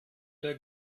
der